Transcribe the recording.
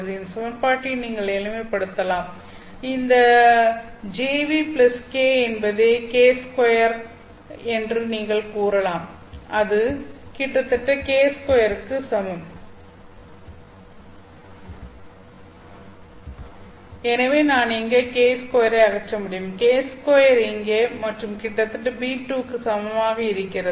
இந்த சமன்பாட்டை நீங்கள் எளிமைப்படுத்தலாம் இந்த Jν k என்பதை k2 என்று நீங்கள் கூறலாம் அது கிட்டத்தட்ட k2 க்கு சமம் எனவே நான் இங்கே k2 ஐ அகற்ற முடியும் k2 இங்கே மற்றும் கிட்டத்தட்ட β2 க்கு சமமாக இருக்கிறதா